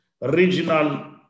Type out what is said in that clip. regional